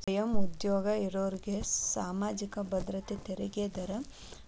ಸ್ವಯಂ ಉದ್ಯೋಗ ಇರೋರ್ಗಿ ಸಾಮಾಜಿಕ ಭದ್ರತೆ ತೆರಿಗೆ ದರ